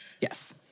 Yes